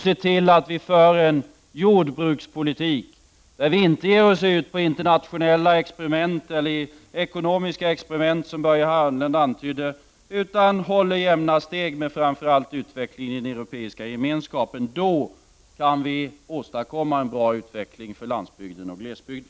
Se till att vi för en jordbrukspolitik där vi inte ger oss in på internationella eller ekonomiska experiment, som Börje Hörnlund antydde, utan håller jämna steg med utvecklingen i framför allt den europeiska gemenskapen. Då kan vi åstadkomma en bra utveckling för landsbygden och glesbygden.